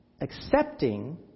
Accepting